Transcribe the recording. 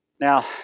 Now